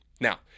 Now